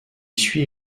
suit